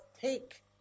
take